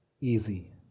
easy